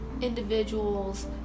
individuals